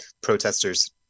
protesters